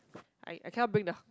I can cannot bring the